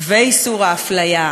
ואיסור ההפליה,